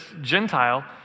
Gentile